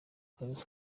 karere